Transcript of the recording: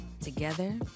Together